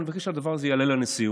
אני מבקש שהדבר הזה יעלה לנשיאות,